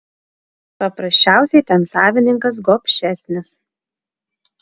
paprasčiausiai ten savininkas gobšesnis